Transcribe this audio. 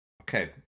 Okay